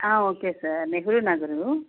okay sir Nehru Nagar